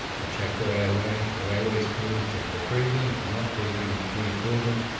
you check their airway, if their airway's clear you check their breathing, if they're not breathing you breathe for them.